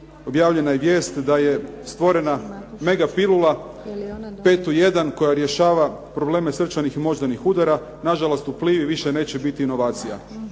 objavljena je vijest da je stvorena megapilula 5 u 1 koja rješava probleme srčanih i moždanih udara. Nažalost, u Plivi više neće biti inovacija.